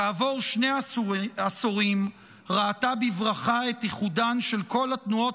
כעבור שני עשורים ראתה בברכה את איחודן של כל התנועות